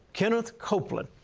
kenneth copeland.